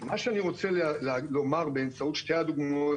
מה שאני רוצה לומר באמצעות שתי הדוגמאות,